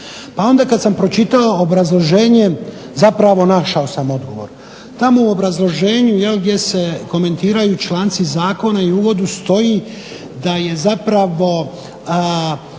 Pa onda kada sam pročitao obrazloženje našao sam odgovor. Tamo u obrazloženju gdje se komentiraju članci zakona u uvodu stoji da je zapravo